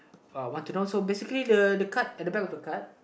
uh want to know so basically the the card at the back of the card